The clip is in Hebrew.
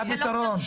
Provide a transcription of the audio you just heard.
זה הפתרון.